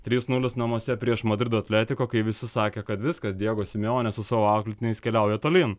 trys nulis namuose prieš madrido atletiko kai visi sakė kad viskas diego simeonė su savo auklėtiniais keliauja tolyn